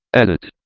edit.